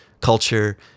culture